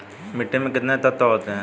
मिट्टी में कितने तत्व होते हैं?